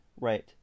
right